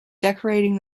decorating